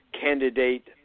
candidate